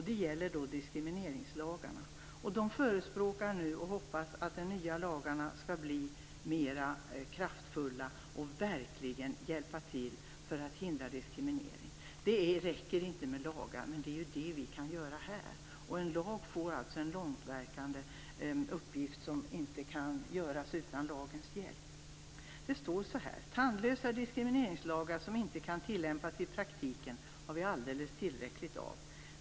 Det är diskrimineringslagarna som man då avser. Man hoppas och förespråkar nu att de nya lagarna skall bli mera kraftfulla och verkligen skall hjälpa till för att hindra diskriminering. Det räcker inte med lagar, men det är sådana som vi kan stifta här. En lag har en långsiktig uppgift som inte kan utföras annat än med lagens hjälp. Man skriver så här: Tandlösa diskrimineringslagar som inte kan tilllämpas i praktiken har vi alldeles tillräckligt av.